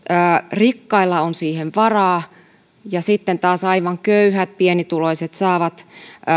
rikkailla on siihen varaa ja sitten taas aivan köyhät pienituloiset saavat